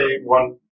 one